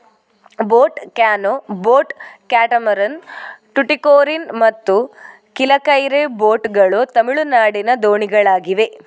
boat canoe, boat catamaran, Tuticorin ಮತ್ತು Kilakarai boat ಗಳು ತಮಿಳುನಾಡಿನ ದೋಣಿಗಳಾಗಿವೆ